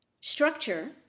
structure